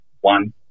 one